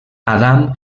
adam